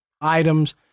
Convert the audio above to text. items